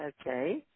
Okay